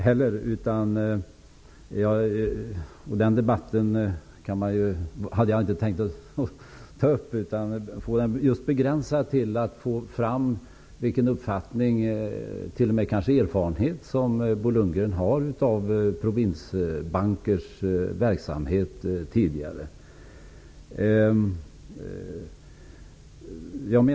Jag hade heller inte tänkt ta upp den debatten, utan jag ville begränsa mig till att få fram vilken uppfattning, kanske t.o.m. erfarenhet, som Bo Lundgren sedan tidigare har av provinsbankers verksamhet.